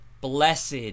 Blessed